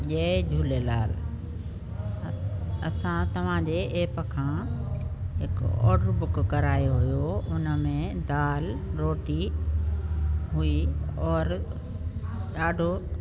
जय झूलेलाल असां असां तव्हांजे ऐप खां हिकु ऑडर बुक करायो हुयो उन में दाल रोटी हुई और ॾाढो